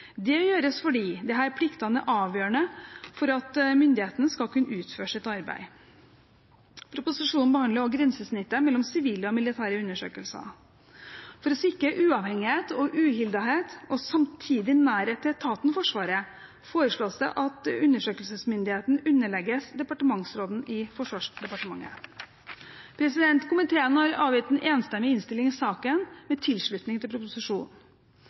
Det gjøres fordi disse pliktene er avgjørende for at myndigheten skal kunne utføre sitt arbeid. Proposisjonen behandler også grensesnittet mellom sivile og militære undersøkelser. For å sikre uavhengighet, uhildethet og samtidig nærhet til etaten Forsvaret foreslås det at undersøkelsesmyndigheten underlegges departementsråden i Forsvarsdepartementet. Komiteen har avgitt en enstemmig innstilling i saken, med tilslutning til proposisjonen.